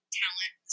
talent